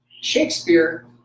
Shakespeare